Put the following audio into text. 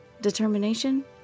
Determination